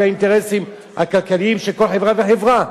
לפי האינטרסים הכלכליים של כל חברה וחברה.